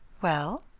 well?